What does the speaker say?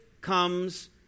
comes